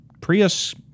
Prius